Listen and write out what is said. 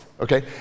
okay